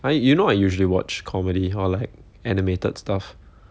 I you know I usually watch comedy or like animated stuff